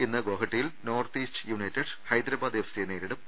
ഇന്ന് ഗോഹട്ടിയിൽ north east united Hyderabad എഫ്സിയെ നേരിടും